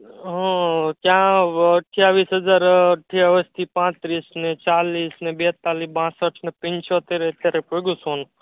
હમ ક્યાં અઠ્ઠાવીસ હજાર અઠ્ઠાવીસથી પાંત્રીસ ને ચાલીસ ને બેતાળીસ બાંસઠને પંચોતેરે અત્યારે પહોંચ્યું સોનું